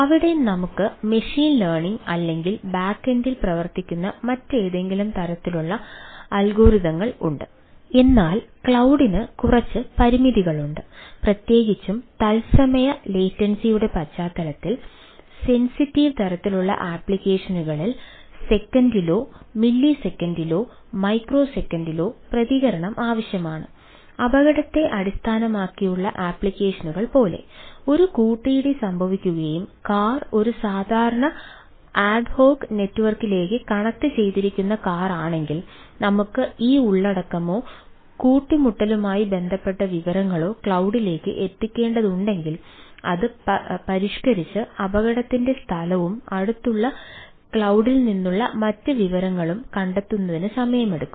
അവിടെ നമുക്ക് machine learning അല്ലെങ്കിൽ ബാക്കെൻഡിൽ പ്രവർത്തിക്കുന്ന മറ്റേതെങ്കിലും തരത്തിലുള്ള അൽഗോരിതങ്ങൾ ഉണ്ട് എന്നാൽ ക്ലൌഡ് ൽ നിന്നുള്ള മറ്റ് വിവരങ്ങളും കണ്ടെത്തുന്നതിന് സമയമെടുക്കും